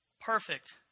Perfect